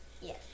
Yes